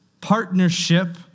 partnership